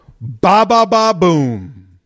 ba-ba-ba-boom